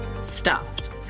stuffed